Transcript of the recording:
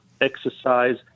exercise